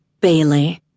Bailey